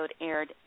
aired